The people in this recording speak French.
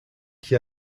qui